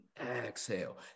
exhale